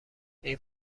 این